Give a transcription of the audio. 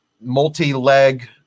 multi-leg